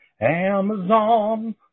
Amazon